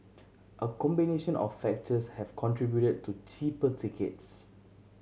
a combination of factors have contributed to cheaper tickets